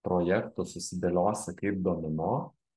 projektus susidėliosi kaip domino